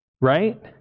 Right